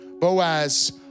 Boaz